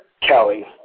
Kelly